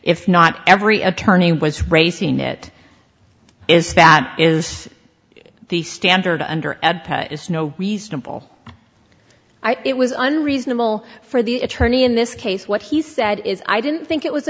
if not every attorney was racing it is that is the standard under no reasonable it was unreasonable for the attorney in this case what he said is i didn't think it was